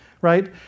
Right